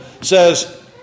says